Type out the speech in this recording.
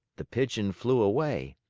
the pigeon flew away,